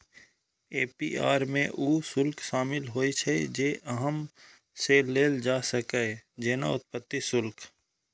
APR मे ऊ शुल्क शामिल होइ छै, जे अहां सं लेल जा सकैए, जेना उत्पत्ति शुल्क